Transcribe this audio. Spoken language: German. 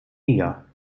liga